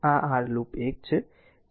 તેથી આ r છે આ r લૂપ 1 છે